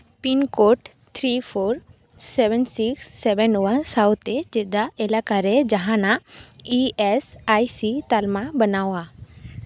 pin code three four seven six seven one ᱥᱟᱶᱛᱮ ᱪᱮᱫᱟᱜ ᱮᱞᱟᱠᱟᱨᱮ ᱡᱟᱦᱟᱱᱟᱜ ᱤ ᱮᱹᱥ ᱟᱭ ᱥᱤ ᱛᱟᱞᱢᱟ ᱵᱮᱱᱟᱣᱟ